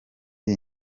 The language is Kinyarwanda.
iyi